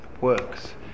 works